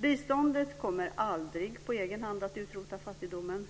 Biståndet kommer aldrig på egen hand att utrota fattigdomen,